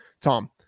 tom